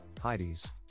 Heidi's